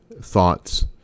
Thoughts